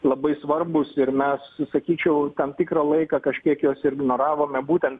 labai svarbūs ir mes sakyčiau tam tikrą laiką kažkiek juos ir ignoravome būtent